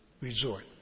resort